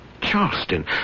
Charleston